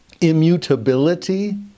immutability